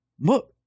look